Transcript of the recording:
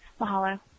Mahalo